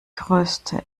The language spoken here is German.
größte